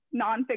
nonfiction